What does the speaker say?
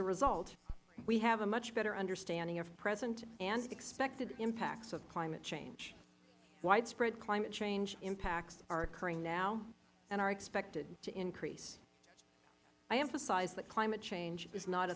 a result we have a much better understanding of present and expected impacts of climate change widespread climate change impacts are occurring now and are expected to increase i emphasize that climate change is not